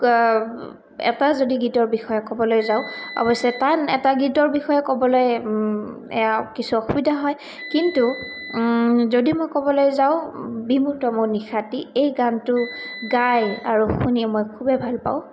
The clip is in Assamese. এটা যদি গীতৰ বিষয়ে ক'বলৈ যাওঁ অৱশে টান এটা গীতৰ বিষয়ে ক'বলৈ কিছু অসুবিধা হয় কিন্তু যদি মই ক'বলৈ যাওঁ বিমুৰ্ত মোৰ নিশাটি এই গানটো গাই আৰু শুনি মই খুবেই ভাল পাওঁ